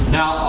now